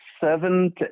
seven